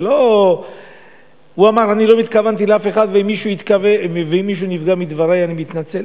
הוא אמר: אני לא התכוונתי לאף אחד ואם מישהו נפגע מדברי אני מתנצל.